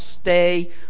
stay